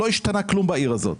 לא השתנה כלום בעיר הזאת,